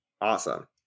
awesome